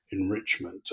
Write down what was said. enrichment